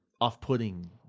off-putting